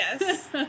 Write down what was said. Yes